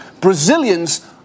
Brazilians